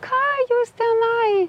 ką jūs tenai